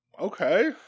Okay